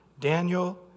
Daniel